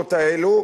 לעקרונות האלו,